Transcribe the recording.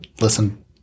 listen